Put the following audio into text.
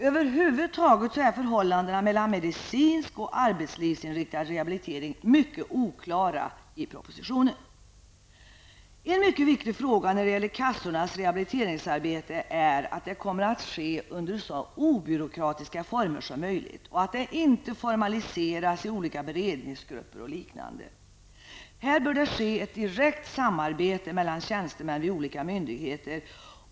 Över huvud taget är förhållandet mellan medicisk och arbetslivsinriktad rehabilitering mycket oklar i propositionen. En mycket viktig sak när det gäller kassornas rehabiliteringsarbete är att detta kommer att ske under så obyråkratiska former som möjligt och att det inte formaliseras i olika beredningsgrupper och liknande. Det bör vara ett direkt samarbete mellan tjänstemän vid olika myndigheter.